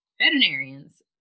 veterinarians